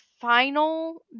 final